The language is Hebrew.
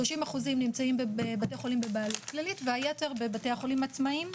30% נמצאים בבתי חולים בבעלות כללית והיתר בבתי חולים עצמאיים,